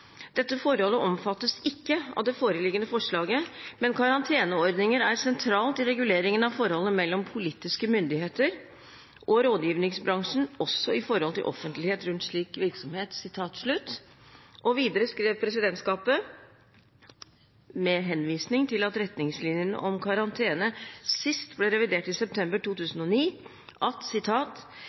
Dette forholdet omfattes ikke av det foreliggende forslaget, men karanteordninger er sentralt i reguleringen av forholdet mellom politiske myndigheter og rådgivningsbransjen – også i forhold til offentlighet rundt slik virksomhet.» Og videre skrev presidentskapet med henvisning til at retningslinjene om karantene sist ble revidert i september